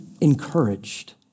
encouraged